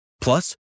Plus